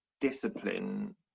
discipline